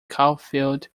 caulfield